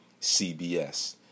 CBS